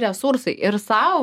resursai ir sau